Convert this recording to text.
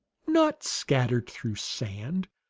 not scattered through sand,